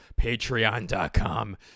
patreon.com